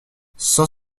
cent